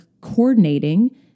coordinating